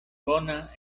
bona